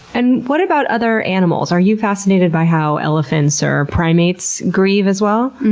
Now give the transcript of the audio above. and what about other animals? are you fascinated by how elephants or primates grieve, as well?